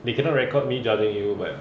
they cannot record me judging you but